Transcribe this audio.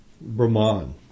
Brahman